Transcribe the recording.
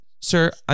Sir